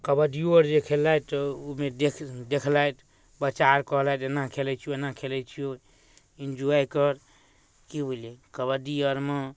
कबड्डिओ आओर जे खेललथि ओहिमे देख देखलथि बच्चा आओरके कहलथि एना खेलै छिऔ एना खेलै छिऔ एन्ज्वॉइ कर कि बुझलिए कबड्डी आओरमे